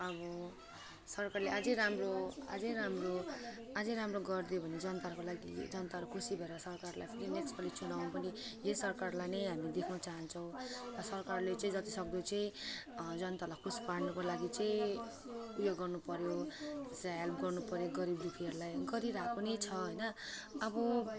अब सरकारले अझै राम्रो अझै राम्रो अझै राम्रो गर् दियो भने जनताको लागि जनताहरू खुसी भएर सरकारलाई फेरि नेकस्ट पाली चुनाव पनि यो सरकारलाई नै हामी दिनु चाहन्छौँ तर सरकारले चाहिँ जति सक्दो चाहिँ जनतालाई खुसी पार्नुको लागि चाहिँ ऊ यो गर्नु पऱ्यो त्यो चाहिँ हेल्प गर्नु पऱ्यो गरिब दुखीहरूलाई गरिरहेको नै छ होइन अब